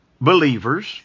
believers